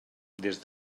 des